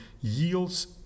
yields